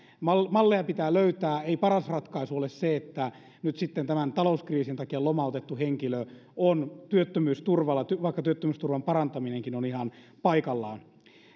malleja pitää löytää ei paras ratkaisu ole se että nyt sitten tämän talouskriisin takia lomautettu henkilö on työttömyysturvalla vaikka työttömyysturvan parantaminenkin on ihan paikallaan